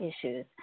issues